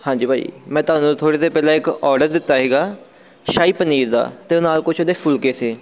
ਹਾਂਜੀ ਭਾਅ ਜੀ ਮੈਂ ਤੁਹਾਨੂੰ ਥੋੜ੍ਹੀ ਦੇਰ ਪਹਿਲਾਂ ਇੱਕ ਔਡਰ ਦਿੱਤਾ ਸੀਗਾ ਸ਼ਾਹੀ ਪਨੀਰ ਦਾ ਅਤੇ ਨਾਲ ਕੁਛ ਉਹਦੇ ਫੁਲਕੇ ਸੀ